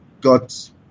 got